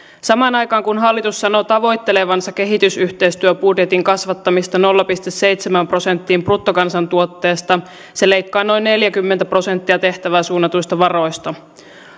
samaan aikaan kun hallitus sanoo tavoittelevansa kehitysyhteistyöbudjetin kasvattamista nolla pilkku seitsemään prosenttiin bruttokansantuotteesta se leikkaa noin neljäkymmentä prosenttia tehtävään suunnatuista varoista